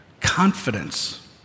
confidence